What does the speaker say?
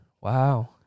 Wow